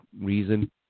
reason